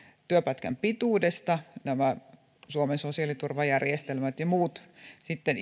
työpätkän pituudesta suomen sosiaaliturvajärjestelmät ja muut sitten